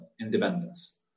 independence